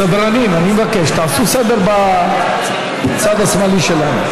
סדרנים, אני מבקש, תעשו סדר בצד השמאלי שלנו.